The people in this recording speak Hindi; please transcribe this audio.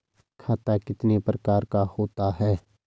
खाता कितने प्रकार का होता है?